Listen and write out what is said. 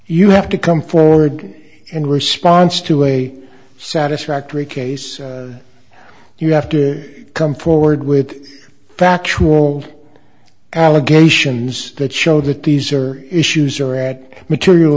you have to come forward in response to a satisfactory case you have to come forward with factual allegations that show that these are issues are at material